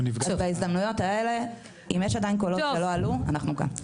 אם יש עדיין קולות שלא עלו, אנחנו כאן.